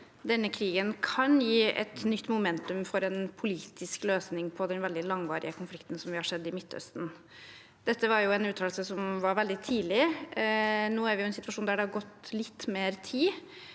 denne krigen kan gi et nytt momentum for en politisk løsning på den veldig langvarige konflikten som vi har sett i Midtøsten. Dette var en uttalelse som kom veldig tidlig. Nå er vi i en situasjon der det har gått litt mer tid,